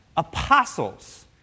Apostles